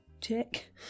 Check